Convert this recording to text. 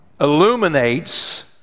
illuminates